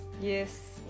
yes